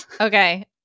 okay